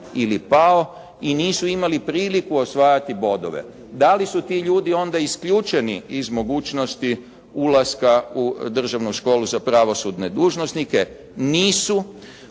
ili pao i nisu imali priliku osvajati bodove. Da li su ti ljudi onda isključeni iz mogućnosti ulaska u Državnu školu za pravosudne dužnosnike? Nisu,